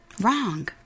Wrong